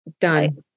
Done